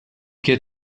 get